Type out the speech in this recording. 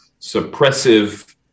suppressive